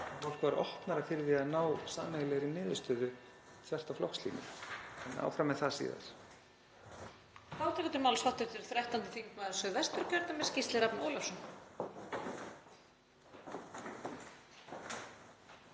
fólk var opnara fyrir því að ná sameiginlegri niðurstöðu þvert á flokkslínur. En áfram með það síðar.